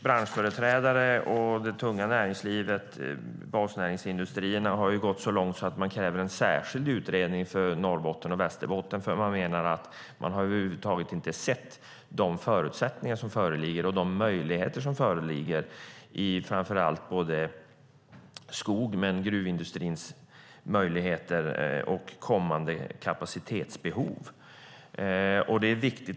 Branschföreträdare och det tunga näringslivet, basnäringsindustrierna, har gått så långt att de kräver en särskild utredning för Norrbotten och Västerbotten. De menar att man över huvud taget inte har sett de förutsättningar som föreligger och de möjligheter som finns. Det gäller framför allt skogsindustrins och gruvindustrins möjligheter och kommande kapacitetsbehov. Det är viktigt.